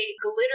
glitter